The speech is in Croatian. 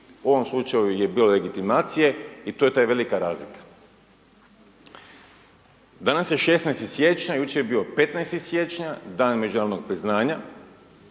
U ovom slučaju je bilo legitimacije i to je taj velika razlika. Danas je 16. siječnja jučer je bio 15. siječnja dan međunarodnog priznanja